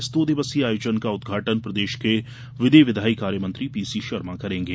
इस दो दिवसीय आयोजन का उदघाटन प्रदेश के विधि विधायी कार्य मंत्री पी सी शर्मा करेंगे